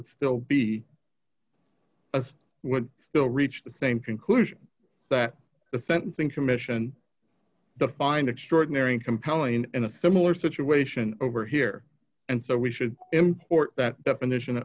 would still be would still reach the same conclusion that the sentencing commission the find extraordinary and compelling in a similar situation over here and so we should import that definition